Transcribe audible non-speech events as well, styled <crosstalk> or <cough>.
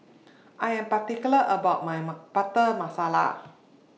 I Am particular about My <hesitation> Butter Masala